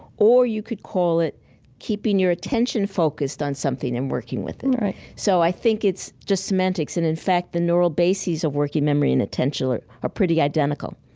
or you could call it keeping your attention focused on something and working with it right so i think it's just semantics, and in fact, the neural bases of working memory and attention are ah pretty identical.